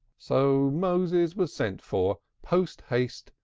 so moses was sent for, post-haste,